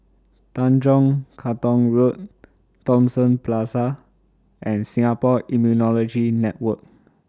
Tanjong Katong Road Thomson Plaza and Singapore Immunology Network